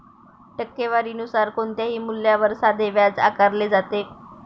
टक्केवारी नुसार कोणत्याही मूल्यावर साधे व्याज आकारले जाते